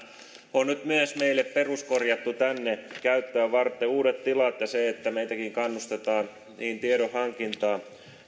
on nyt myös peruskorjattu tänne käyttöä varten uudet tilat ja se että meitäkin kannustetaan niin tiedonhankintaan